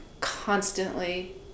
constantly